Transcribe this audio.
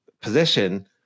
position